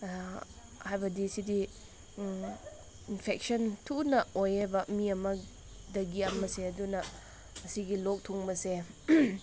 ꯍꯥꯏꯕꯗꯤ ꯁꯤꯗꯤ ꯏꯟꯐꯦꯛꯁꯟ ꯊꯨꯅ ꯑꯣꯏꯌꯦꯕ ꯃꯤ ꯑꯃꯗꯒꯤ ꯑꯃꯁꯦ ꯑꯗꯨꯅ ꯑꯁꯤꯒꯤ ꯂꯣꯛ ꯊꯨꯡꯕꯁꯦ